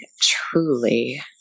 truly